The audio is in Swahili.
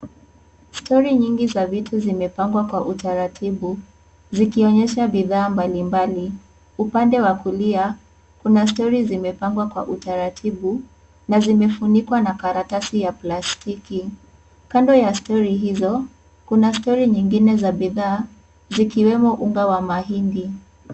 Stuli nyingi za vitu zimepangwa kwa utaratibu zikionyesha bidhaa mbalimbali, upande wa kulia kuna stuli zimepangwa kwa utaratibu na zimefunukwa na karatasi ya plastiki, kando ya stuli hizo kuna stuli zingine za bidhaa zikiwemo unga wa mahindi.